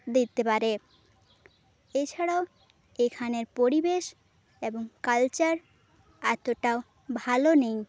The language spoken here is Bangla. দিতে পারে এছাড়াও এখানের পরিবেশ এবং কালচার এতটাও ভালো নেই